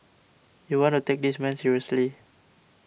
you want to take this man seriously